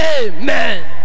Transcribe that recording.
amen